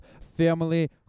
Family